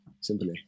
simply